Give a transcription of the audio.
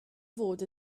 fod